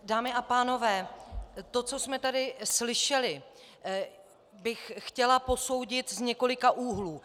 Dámy a pánové, to, co jsme tady slyšeli, bych chtěla posoudit z několika úhlů.